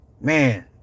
man